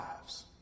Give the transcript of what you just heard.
lives